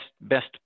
best